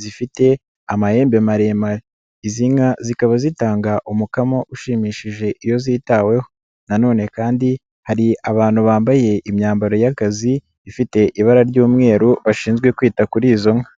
zifite amahembe maremare, izi nka zikaba zitanga umukamo ushimishije iyo zitaweho nanone kandi hari abantu bambaye imyambaro y'akazi ifite ibara ry'umweru bashinzwe kwita kuri izo nka.